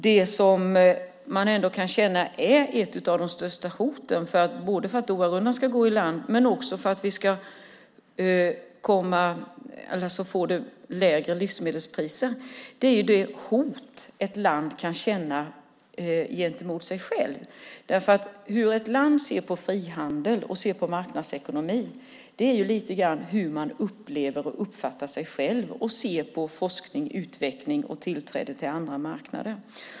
Det som man ändå kan känna är att ett av de största hoten både mot att Doharundan ska gå i land och mot att vi ska få lägre livsmedelspriser är det hot ett land kan känna gentemot sig självt. Hur ett land ser på frihandel och marknadsekonomi handlar lite grann om hur det upplever och uppfattar sig självt och ser på forskning, utveckling och tillträde till andra marknader.